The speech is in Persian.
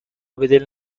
بدل